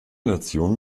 nation